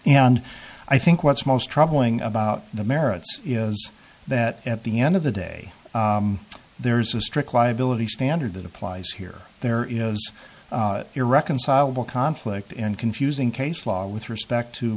and i think what's most troubling about the merits is that at the end of the day there's a strict liability standard that applies here there is irreconcilable conflict and confusing case law with respect to